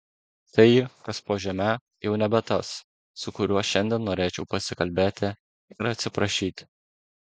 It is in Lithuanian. tai kas po žeme jau nebe tas su kuriuo šiandien norėčiau pasikalbėti ir atsiprašyti